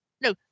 no